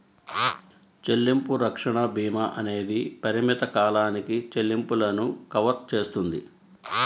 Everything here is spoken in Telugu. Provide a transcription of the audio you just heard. చెల్లింపు రక్షణ భీమా అనేది పరిమిత కాలానికి చెల్లింపులను కవర్ చేస్తుంది